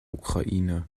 ukraine